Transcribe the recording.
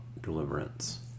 deliverance